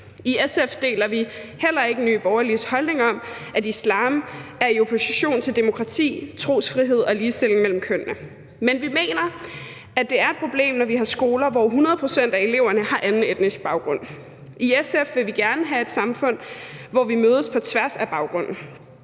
I SF deler vi heller ikke Nye Borgerliges holdning om, at islam er i opposition til demokrati, trosfrihed og ligestilling mellem kønnene. Men vi mener, at det er et problem, når vi har skoler, hvor 100 pct. af eleverne har anden etnisk baggrund. I SF vil vi gerne have et samfund, hvor vi mødes på tværs af baggrunde